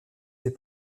des